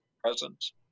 presence